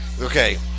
okay